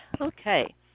Okay